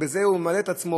ובזה הוא ממלא את עצמו,